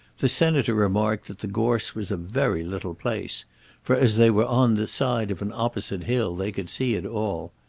the senator remarked that the gorse was a very little place for as they were on the side of an opposite hill they could see it all.